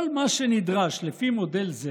כל מה שנדרש לפי מודל זה